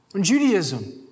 Judaism